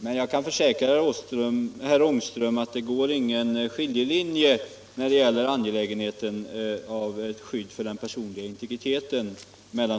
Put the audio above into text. Men jag kan försäkra herr Ångström att det inte går någon skiljelinje mellan socialdemokrati och folkparti när det gäller angelägenheten av skydd för den personliga integriteten.